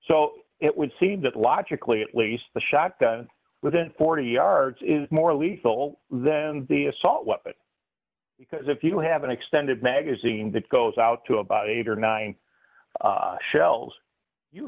so it would seem that logically at least the shotgun within forty yards is more lethal than the assault weapon because if you have an extended magazine that goes out to about eight or nine shells you